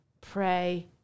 pray